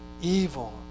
evil